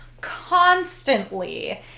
constantly